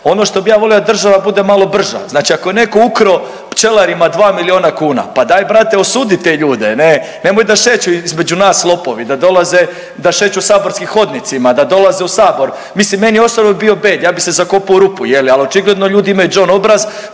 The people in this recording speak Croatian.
Ono što bi ja voli da država bude malo brža, znači ako je neko ukro pčelarima dva milijuna kuna, pa daj brate osudi te ljude, ne, nemoj da šeću između nas lopovi, da dolaze, da šeću saborskim hodnicima, da dolaze u sabor. Mislim meni osobno bi bio bed, ja bi se zakopo u rupu je li, ali očigledno ljudi imaju džon obraz,